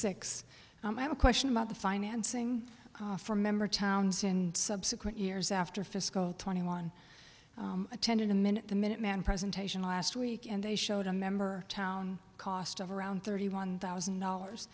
six i have a question about the financing for member towns in subsequent years after fiscal twenty one attended a minute the minuteman presentation last week and they showed a member town cost of around thirty one thousand dollars